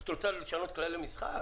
את רוצה לשנות כללי משחק?